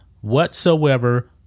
whatsoever